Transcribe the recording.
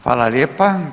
Hvala lijepa.